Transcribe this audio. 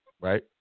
Right